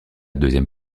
deuxième